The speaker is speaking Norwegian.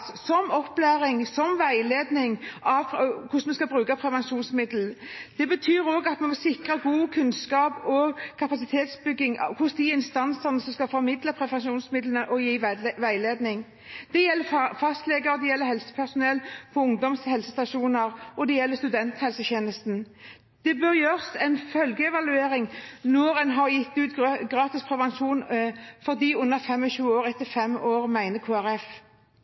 f.eks. opplæring i og veiledning om hvordan vi skal bruke prevensjonsmiddel. Det betyr at vi må sikre god kunnskap og kapasitetsbygging hos de instansene som skal formidle prevensjonsmidlene og gi veiledning. Det gjelder fastleger, det gjelder helsepersonell på ungdoms- og helsestasjoner, og det gjelder studenthelsetjenesten. Det bør etter fem år gjøres en følgeevaluering når en har delt ut gratis prevensjon til dem under 25 år,